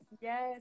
Yes